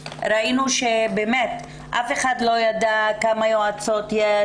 ראינו שאף אחד לא ידע כמה יועצות יש,